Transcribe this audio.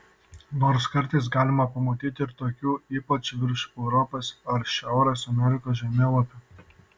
nors kartais galima pamatyti ir tokių ypač virš europos ar šiaurės amerikos žemėlapių